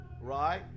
right